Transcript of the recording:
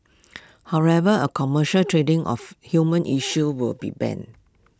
however A commercial trading of human issue will be banned